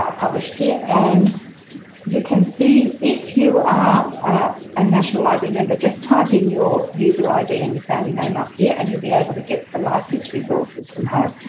ah published here. and you can see if you are a national library member just type in your user id and your family name up here and you'll be able to get the licensed resources from home.